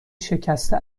شکسته